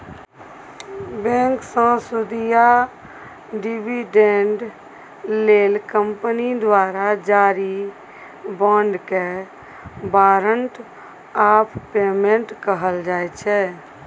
बैंकसँ सुदि या डिबीडेंड लेल कंपनी द्वारा जारी बाँडकेँ बारंट आफ पेमेंट कहल जाइ छै